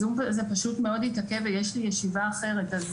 הזום מאוד התעכב ויש לי ישיבה אחרת.